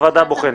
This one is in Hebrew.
הוועדה הבוחנת.